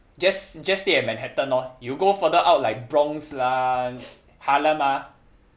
just just stay at manhattan orh you go further out like bronx lah harlem ah